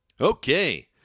Okay